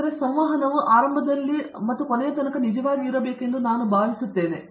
professor Srikanth Vedantam ನಿಮಗೆ ತಿಳಿದಿರುವಂತೆಯೇ ಸಂವಹನವು ನಿಜವಾಗಿಯೂ ಇರಬೇಕು ಎಂದು ನಾನು ಭಾವಿಸುತ್ತೇನೆ